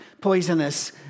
poisonous